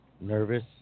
nervous